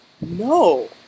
no